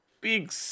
big